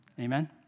Amen